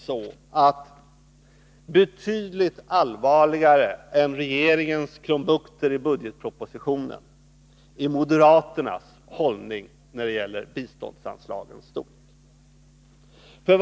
Men betydligt allvarligare än regeringens krumbukter i budgetpropositionen är moderaternas hållning när det gäller biståndsanslagets storlek.